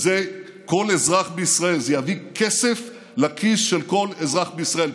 זה יביא כסף לכיס של כל אזרח בישראל.